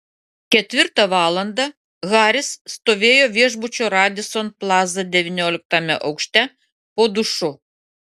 ketvirtą valandą haris stovėjo viešbučio radisson plaza devynioliktame aukšte po dušu